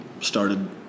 started